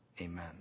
amen